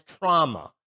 trauma